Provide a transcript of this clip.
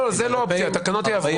לא, לא זה לא אופציה, התקנות יעבור.